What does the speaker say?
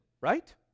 Right